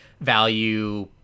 value